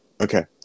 Okay